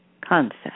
concept